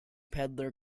peddler